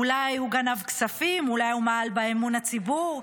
אולי הוא גנב כספים, אולי הוא מעל באמון הציבור,